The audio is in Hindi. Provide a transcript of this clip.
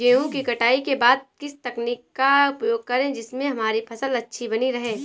गेहूँ की कटाई के बाद किस तकनीक का उपयोग करें जिससे हमारी फसल अच्छी बनी रहे?